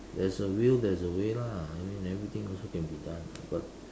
there's a will there's a way lah I mean everything also can be done ah but